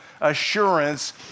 assurance